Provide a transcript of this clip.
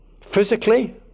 physically